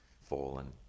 fallen